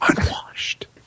Unwashed